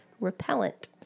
repellent